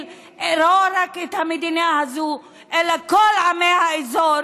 לא רק את המדינה הזאת אלא את כל עמי האזור